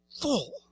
Full